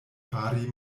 fari